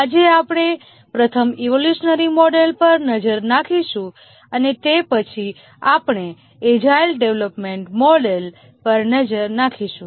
આજે આપણે પ્રથમ ઈવોલ્યુશનરી મોડેલ પર નજર નાખીશું અને તે પછી આપણે એજાઇલ ડેવલપમેન્ટ મોડેલ પર નજર નાખીશું